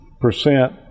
percent